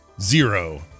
zero